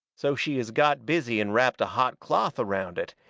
so she has got busy and wrapped a hot cloth around it,